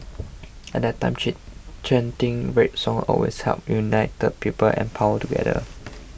at that time chanting red songs always helped unite people and power together